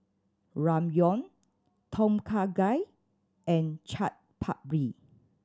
Ramyeon Tom Kha Gai and Chaat Papri